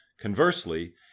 Conversely